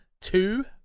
two